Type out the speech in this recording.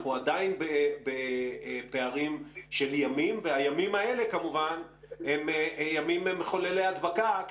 אנחנו עדיין בפערים של ימים והימים האלה כמובן הם ימים מחוללי הדבקה,